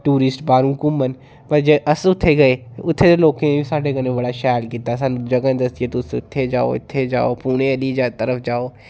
tourist बाह्रूं घूमन पर जे अस उत्थे गै उत्थें दे लोकें बी साढ़ै कन्नै बड़ा शैल कीता सानूं जगह् दस्सियां तुस इत्थे जाओ इत्थे जाओ पुणे आह्ली जात्तरा जाओ